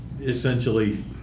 essentially